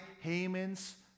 Haman's